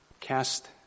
Cast